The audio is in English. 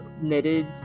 knitted